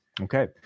Okay